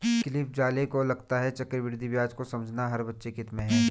Cliff Zale को लगता है चक्रवृद्धि ब्याज को समझना हर बच्चे के हित में है